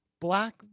black